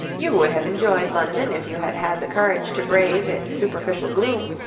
you would have enjoyed london if you had had the courage to brave its superficial gloom.